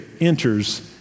enters